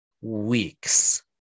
weeks